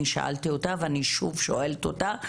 אני שאלתי ואני שוב שואלת אותה,